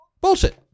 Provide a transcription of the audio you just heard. bullshit